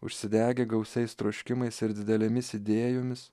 užsidegę gausiais troškimais ir didelėmis idėjomis